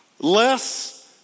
less